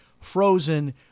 frozen